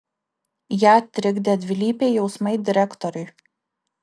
ją trikdė dvilypiai jausmai direktoriui